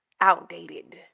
Outdated